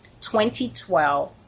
2012